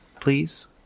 please